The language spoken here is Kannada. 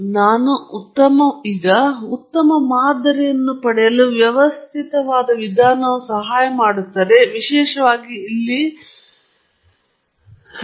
ಹಾಗಾಗಿ ಕೆಲವೇ ನಿಮಿಷಗಳ ಹಿಂದೆ ನಾನು ಉತ್ತಮ ಮಾದರಿಯನ್ನು ಪಡೆಯಲು ವ್ಯವಸ್ಥಿತವಾದ ವಿಧಾನವು ಸಹಾಯ ಮಾಡುತ್ತದೆ ಮತ್ತು ವಿಶೇಷವಾಗಿ ಇಲ್ಲಿ ನಾನು ಪ್ರಾಯೋಗಿಕ ವಿಧಾನವನ್ನು ಕುರಿತು ಮಾತನಾಡುತ್ತಿದ್ದೇನೆ